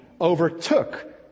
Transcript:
overtook